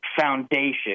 foundation